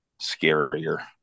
scarier